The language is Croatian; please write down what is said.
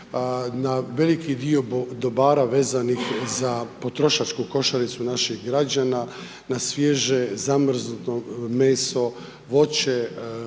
na veliki dio dobara vezanih za potrošačku košaricu naših građana, na svježe zamrznuto meso, voće,